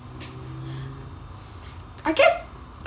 I guess